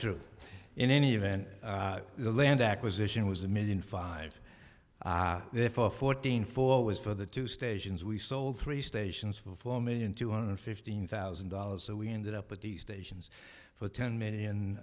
truth in any event the land acquisition was a million five therefore fourteen four was for the two stations we sold three stations for four million two hundred fifteen thousand dollars so we ended up at the stations for ten million